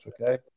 okay